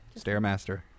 Stairmaster